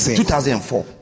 2004